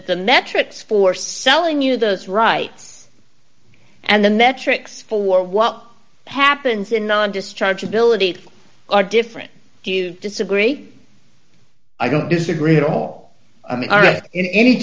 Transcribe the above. the metrics for selling you those rights and the metrics for what happens in non discharge ability are different do you disagree i don't disagree at all i mean a